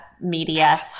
media